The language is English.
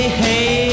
hey